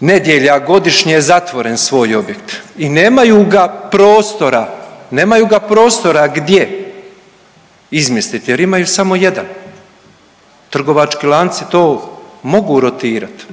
nedjelja godišnje zatvoren svoj objekt i nemaju ga prostora, nemaju ga prostora gdje izmjestit jer imaju samo jedan, trgovački lanci to mogu rotirat,